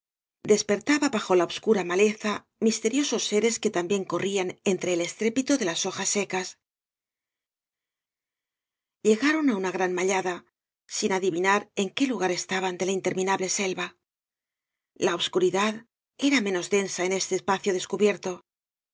bajo la obscura maleza mieterioeoa seres que también corrían entre el estrépito de las hojas secas llegaron á una gran mállada sin adivinar en qué lugar estaban de la interminable selva la obscuridad era menos densa en este espacio descubierto